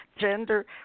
gender